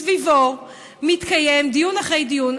מסביבו מתקיים דיון אחרי דיון,